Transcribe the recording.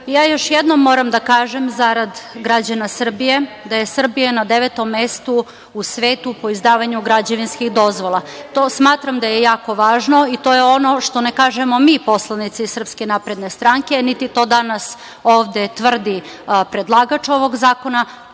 još jednom moram da kažem, zarad građana Srbije, da je Srbija na devetom mestu u svetu po izdavanju građevinskih dozvola. To smatram da je jako važno, i to je ono što ne kažemo mi poslanici SNS, niti to danas ovde tvrdi predlagač ovog zakona,